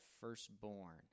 firstborn